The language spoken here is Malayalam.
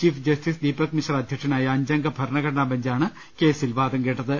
ചീഫ് ജസ്റ്റിസ് ദീപക് മിശ്ര അധ്യ ക്ഷനായ അഞ്ചംഗ ഭരണഘടനാ ബഞ്ചാണ് കേസിൽ വാദം കേട്ടത്